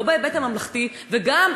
לא בהיבט הממלכתי,